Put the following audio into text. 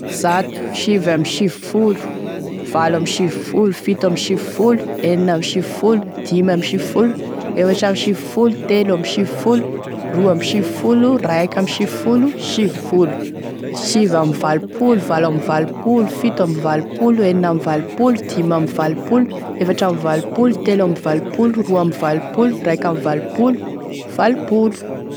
Zato, sivy ambe sivy folo, valo ambe sivy folo, fito ambe sivy folo, enigny ambe sivy folo, dimy ambe sivy folo, efatry ambe sivy folo, telo ambe sivy folo, roa ambe sivy folo, raiky ambe sivy folo, sivifolo, sivy ambe valopolo, valo ambe valopolo, fito ambe valopolo, enigny ambe valopolo, dimy ambe valopolo, efatry ambe valopolo, telo ambe valopolo, roa ambe valopolo, raiky ambe valopolo, valopolo.